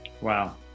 wow